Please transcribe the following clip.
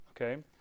okay